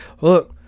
look